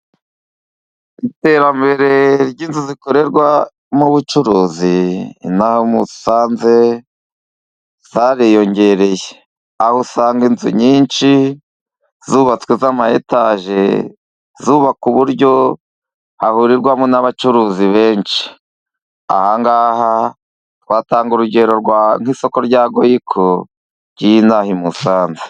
Iterambere ry'inzu zikorerwamo ubucuruzi. Inaha i Musanze zariyongereye, aho usanga inzu nyinshi zubatswe z'amayetaje zubakwa uburyo hahurirwamo n'abacuruzi benshi. Aha ngaha twatanga urugero nk'isoko rya Goyiko ry'inaha i musanze.